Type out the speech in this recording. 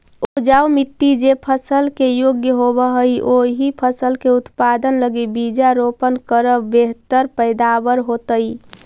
उपजाऊ मट्टी जे फसल के योग्य होवऽ हई, ओही फसल के उत्पादन लगी बीजारोपण करऽ तो बेहतर पैदावार होतइ